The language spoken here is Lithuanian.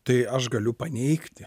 tai aš galiu paneigti